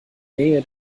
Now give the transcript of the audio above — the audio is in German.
nähe